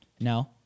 No